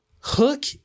Hook